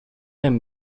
i’m